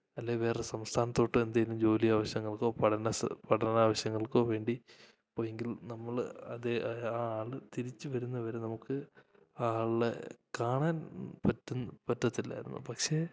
അല്ലേ വേറെ ഒരു സംസ്ഥാനത്തോട്ട് എന്തേലും ജോലി ആവശ്യങ്ങൾക്കോ പഠനസ പഠന ആവശ്യങ്ങൾക്കോ വേണ്ടി പോയെങ്കിൽ നമ്മൾ അതേ ആ ആൾ തിരിച്ച് വരുന്ന വരെ നമുക്ക് ആ ആളുടെ കാണാൻ പറ്റുന്ന പറ്റത്തില്ലായിരുന്നു പക്ഷേ